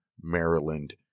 Maryland